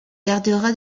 gardera